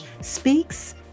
speaks